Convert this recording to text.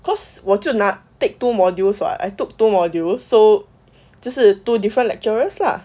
cause 我就拿 take two modules what I took two module so 就是 two different lecturers lah